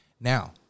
Now